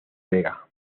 vega